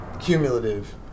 cumulative